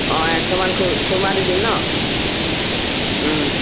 অঁ একশমান খু খুৰমা দি দিম ন